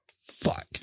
Fuck